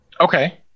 Okay